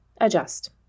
adjust